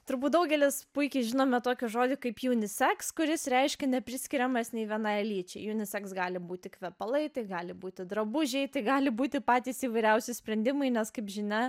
turbūt daugelis puikiai žinome tokį žodį kaip juniseks kuris reiškia nepriskiriamas nei vienai lyčiai juniseks gali būti kvepalai tai gali būti drabužiai tai gali būti patys įvairiausi sprendimai nes kaip žinia